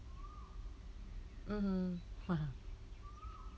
mmhmm